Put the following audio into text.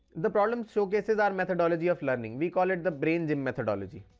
the problem showcases our methodology of learning. we call it the braingym methodology.